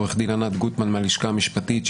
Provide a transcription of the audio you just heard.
עורכת הדין ענת גוטמן מהלשכה המשפטית,